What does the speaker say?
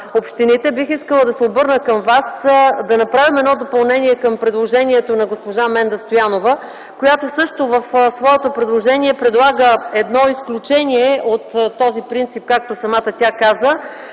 общините, бих искала да се обърна към вас да направим едно допълнение към предложението на госпожа Менда Стоянова, която също предлага едно изключение от този принцип, както самата тя каза.